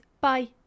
bye